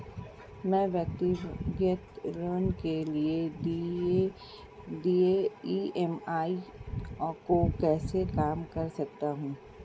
मैं व्यक्तिगत ऋण के लिए देय ई.एम.आई को कैसे कम कर सकता हूँ?